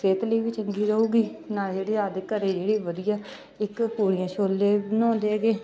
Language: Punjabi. ਸਿਹਤ ਲਈ ਵੀ ਚੰਗੀ ਰਹੇਗੀ ਨਾਲ ਜਿਹੜੀ ਆਪਦੇ ਘਰੇ ਜਿਹੜੀ ਵਧੀਆ ਇੱਕ ਪੂਰੀਆਂ ਛੋਲੇ ਬਣਾਉਂਦੇ ਹੈਗੇ